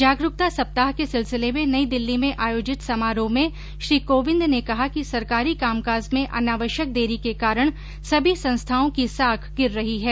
जागरूकता सप्ताह के सिलसिले में नई दिल्ली में आयोजित समारोह में श्री कोविंद ने कहा कि सरकारी कामकाज में अनावश्यक देरी के कारण सभी संस्थाओं की साख गिर रही है